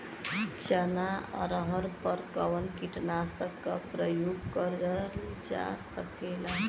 चना अरहर पर कवन कीटनाशक क प्रयोग कर जा सकेला?